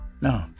No